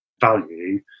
value